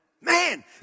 Man